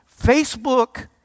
Facebook